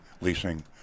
leasing